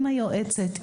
עם היועצת,